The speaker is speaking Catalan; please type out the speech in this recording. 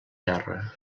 terra